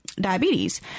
Diabetes